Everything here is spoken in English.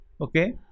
okay